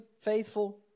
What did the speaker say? faithful